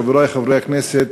חברי חברי הכנסת,